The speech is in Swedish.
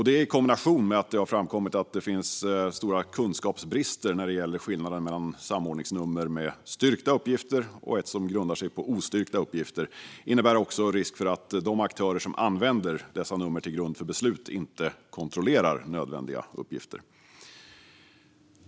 Det, i kombination med att det har framkommit att det finns stora kunskapsbrister när det gäller skillnaden mellan ett samordningsnummer med styrkta uppgifter och ett som grundar sig på ostyrkta uppgifter, innebär också risk för att de aktörer som använder dessa nummer till grund för beslut inte kontrollerar nödvändiga uppgifter.